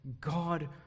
God